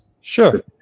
Sure